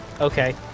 Okay